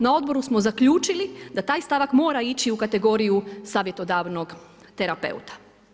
Na odboru smo zaključili da taj stavak mora ići u kategoriju savjetodavnog terapeuta.